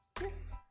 yes